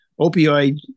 opioid